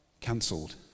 cancelled